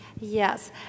Yes